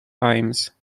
aims